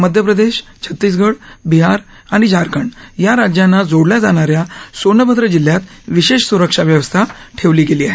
मध्य प्रदेश छत्तीसगढ बिहार आणि झारखंड या राज्यांना जोडल्या जाणा या सोनभद्र जिल्ह्यात विशेष सुरक्षा व्यवस्था ठेवली आहे